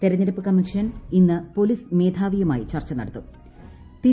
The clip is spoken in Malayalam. തെരഞ്ഞെടുപ്പ് കമ്മിഷൻ ഇന്ന് പോലീസ് മേധാവിയുമായി ചർച്ചു നൂട്ടത്തും